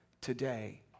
today